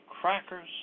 crackers